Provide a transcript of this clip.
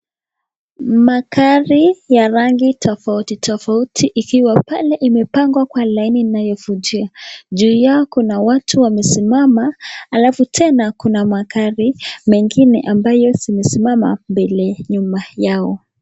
Magari ya rangi tofauti tofauti ikiwa pale imepangwa pale kwa laini inayovutia ,juu yao kuna watu wamesimama alafu tena kuna magari mengine ambayo zimesimama mbele nyuma yao.